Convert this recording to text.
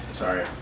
Sorry